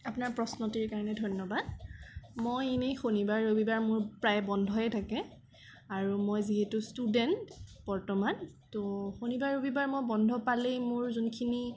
আপোনাৰ প্ৰশ্নটিৰ কাৰণে ধন্যবাদ মই এনেই শনিবাৰ ৰবিবাৰ মোৰ প্ৰায়ে বন্ধয়ে থাকে আৰু মই যিহেতু ষ্টুডেন্ট বৰ্তমান ত' শনিবাৰ ৰবিবাৰ মই বন্ধ পালেই মোৰ যোনখিনি